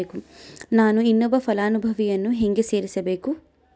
ನಾನು ಇನ್ನೊಬ್ಬ ಫಲಾನುಭವಿಯನ್ನು ಹೆಂಗ ಸೇರಿಸಬೇಕು?